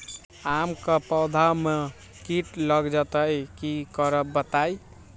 आम क पौधा म कीट लग जई त की करब बताई?